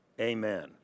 Amen